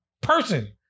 person